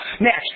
Next